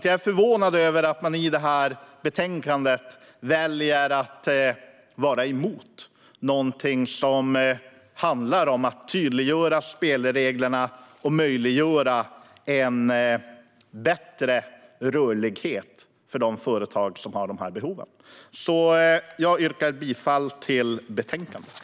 Jag är förvånad över att man när det gäller det här betänkandet väljer att vara emot någonting som handlar om att tydliggöra spelreglerna och möjliggöra en bättre rörlighet för de företag som har de här behoven. Jag yrkar bifall till förslaget i betänkandet.